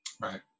Right